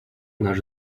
наш